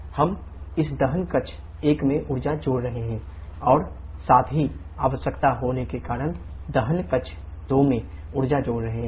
हम इस दहन कक्ष 1 में ऊर्जा जोड़ रहे हैं और साथ ही आवश्यकता होने के कारण दहन कक्ष 2 में ऊर्जा जोड़ रहे हैं